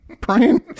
Brian